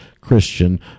christian